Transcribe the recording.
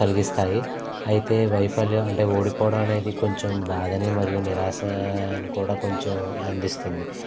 కలిగిస్తాయి అయితే వైఫల్యం అంటే ఓడిపోవడం అనేది కొంచెం బాధని మరియు నిరాశ అని కూడా కొంచెం అందిస్తుంది